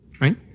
right